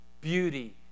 beauty